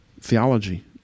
theology